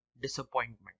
disappointment